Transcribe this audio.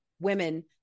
women